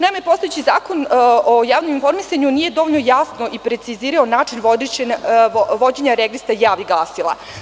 Naime, postojeći Zakon o javnom informisanju nije dovoljno jasno precizirao način vođenja registra javnih glasila.